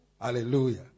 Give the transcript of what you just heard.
Hallelujah